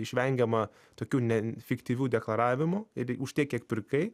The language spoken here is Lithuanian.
išvengiama tokių ne fiktyvių deklaravimų ir už tiek kiek pirkai